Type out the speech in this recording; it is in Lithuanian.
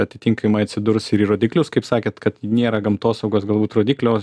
atitinkamai atsidurs ir į rodiklius kaip sakėt kad nėra gamtosaugos galbūt rodiklio